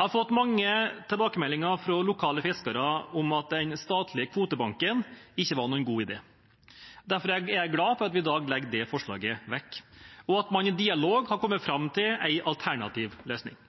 Jeg har fått mange tilbakemeldinger fra lokale fiskere om at den statlige kvotebanken ikke var noen god idé. Derfor er jeg glad for at vi i dag legger det forslaget vekk, og at man i dialog har kommet fram til en alternativ løsning.